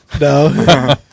No